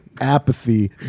apathy